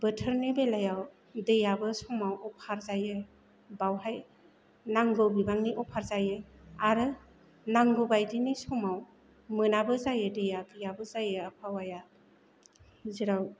बोथोरनि बेलायाव दैआबो समाव अखार जायो बावहाय नांगौ बिबांनि अभार जायो आरो नांगौ बायदिनि समाव मोनाबो जायो दैआ गैयाबो जायो आबहावाया जेराव